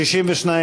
סעיף תקציבי 54,